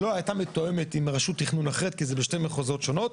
שלא הייתה מתואמת עם רשות תכנון אחרת כי זה בשני מחוזות שונים,